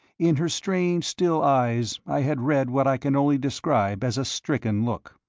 in her strange, still eyes i had read what i can only describe as a stricken look.